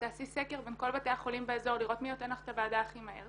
תעשי סקר בין כל בתי החולים באזור לראות מי נותן לך את הוועדה הכי מהר